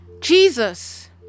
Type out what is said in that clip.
jesus